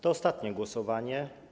To ostatnie głosowanie.